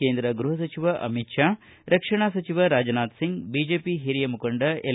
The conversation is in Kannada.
ಕೇದ್ರ ಗೃಹ ಸಚಿವ ಅಮಿತ್ ಷಾ ರಕ್ಷಣಾ ಸಚಿವ ರಾಜನಾಥ ಸಿಂಗ್ ಬಿಜೆಪಿ ಹಿರಿಯ ಮುಖಂಡ ಎಲ್